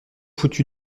foutu